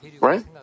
right